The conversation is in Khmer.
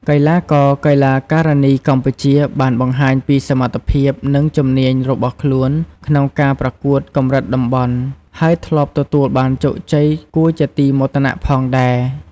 កីឡាករ-កីឡាការិនីកម្ពុជាបានបង្ហាញពីសមត្ថភាព និងជំនាញរបស់ខ្លួនក្នុងការប្រកួតកម្រិតតំបន់ ហើយធ្លាប់ទទួលបាន ជោគជ័យ គួរជាទីមោទនៈផងដែរ។